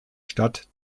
stadt